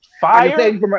Fire